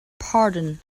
pardon